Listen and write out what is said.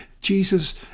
Jesus